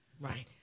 Right